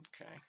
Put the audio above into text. Okay